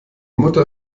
mutter